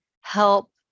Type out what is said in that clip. help